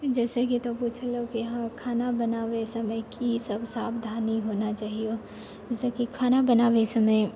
जइसेकि तू पूछलहुँ की हँ खाना बनाबै समय की सब सावधानी होना चाहिओ जइसेकि खाना बनाबै समय